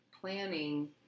planning